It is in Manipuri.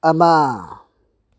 ꯑꯃ